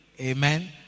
Amen